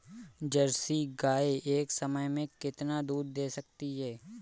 Jersey गाय एक समय में कितना दूध दे सकती है?